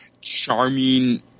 charming